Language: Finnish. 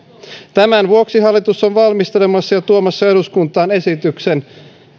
tämän vuoksi hallitus on valmistelemassa ja tuomassa eduskuntaan esityksen